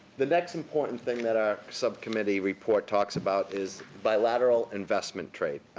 the next important thing that our subcommittee report talks about is bilateral investment traders.